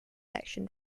section